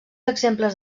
exemples